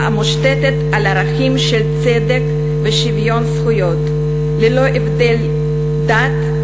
המושתתת על ערכים של צדק ושוויון זכויות ללא הבדל דת,